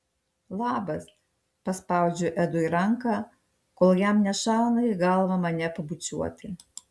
labas paspaudžiu edui ranką kol jam nešauna į galvą mane pabučiuoti